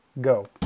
go